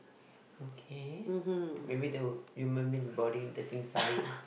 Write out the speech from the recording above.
okay maybe the human meal body the thing flying